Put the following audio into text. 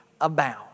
abound